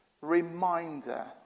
reminder